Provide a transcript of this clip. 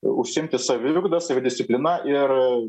užsiimti saviugda savidisciplina ir